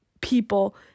people